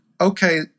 okay